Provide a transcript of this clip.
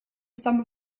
some